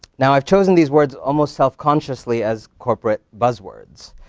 now, i've chosen these words almost self-consciously as corporate buzz words.